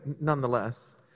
nonetheless